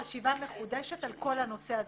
על כל הנושא הזה.